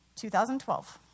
2012